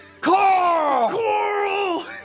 coral